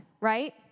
right